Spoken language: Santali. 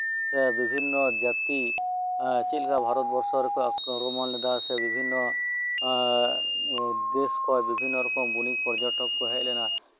ᱥᱮ ᱵᱤᱵᱷᱤᱱᱱᱚ ᱡᱟᱛᱤ ᱥᱮ ᱪᱮᱫᱞᱮᱠᱟ ᱵᱷᱟᱨᱚᱛ ᱵᱚᱨᱥᱚ ᱨᱮᱠᱚ ᱟᱠᱨᱚᱢᱚᱱ ᱞᱮᱫᱟ ᱮᱸᱜ ᱫᱮᱥ ᱠᱷᱚᱫ ᱵᱤᱵᱸᱤᱱᱱᱚ ᱨᱚᱠᱚᱢ ᱜᱩᱱᱤ ᱯᱚᱨᱡᱚᱴᱚᱠ ᱠᱚ ᱦᱮᱡ ᱞᱮᱱᱟ